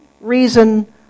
reason